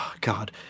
God